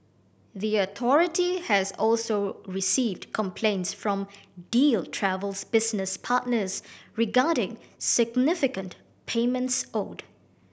the authority has also received complaints from Deal Travel's business partners regarding significant payments owed